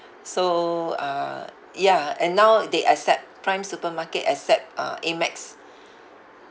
so uh ya and now they accept prime supermarket accept uh Amex